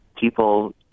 people